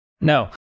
no